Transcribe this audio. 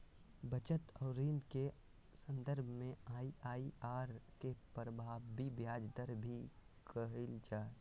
बचत और ऋण के सन्दर्भ में आइ.आइ.आर के प्रभावी ब्याज दर भी कहल जा हइ